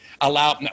allow